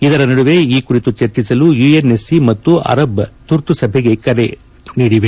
ಇದರ ನದುವೆ ಈ ಕುರಿತು ಚರ್ಚಿಸಲು ಯುಎನ್ಎಸ್ಸಿ ಮತ್ತು ಅರಬ್ ತುರ್ತು ಸಭೆಗೆ ಕರೆದಿದೆ